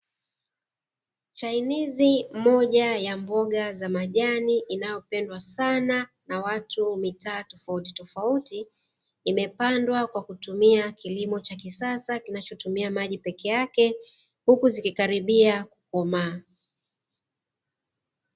Chainizi moja mboga za majani inayopendwa sana na watu mitaa tofauti, imepandwa kwa kilimo cha kisasa kinacho tumia maji peke yake. Huku zikiwa zikikaribia kukomaa.